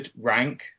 rank